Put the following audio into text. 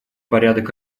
порядок